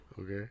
Okay